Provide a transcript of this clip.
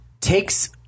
takes